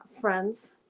friends